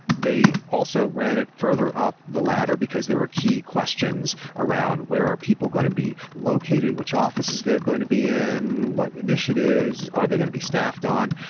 they also ran it further up the ladder, because they were key questions around where are people going to be located? which offices they are going to be in? what initiatives are they going be staffed on?